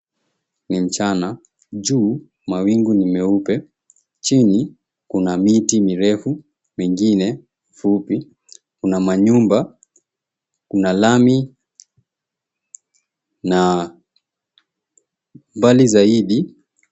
Ni mchana. Juu mawingu ni meupe. Chini kuna miti mirefu, mengine fupi. Kuna manyumba. Kuna lami na mbali zaidi.